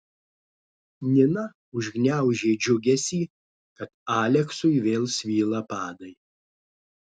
nina užgniaužė džiugesį kad aleksui vėl svyla padai